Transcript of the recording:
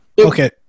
Okay